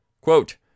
Quote